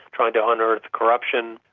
trying to unearth corruption,